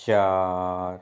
ਚਾਰ